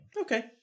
Okay